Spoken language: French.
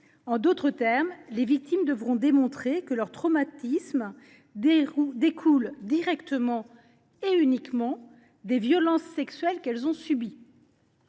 En d’autres termes, les victimes devront démontrer que leur traumatisme découle directement et uniquement des violences sexuelles qu’elles ont subies.